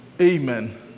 Amen